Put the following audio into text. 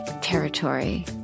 territory